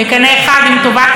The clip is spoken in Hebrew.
רוב הציבור,